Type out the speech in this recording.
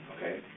Okay